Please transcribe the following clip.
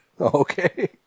Okay